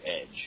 Edge